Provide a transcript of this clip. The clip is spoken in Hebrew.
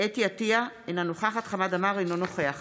חוה אתי עטייה, אינה נוכחת חמד עמאר, אינו נוכח